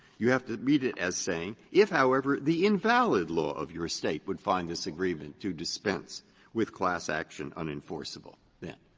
you have to read it as saying, if, however the invalid law of your state would find this agreement to dispense with class action unenforceable, then.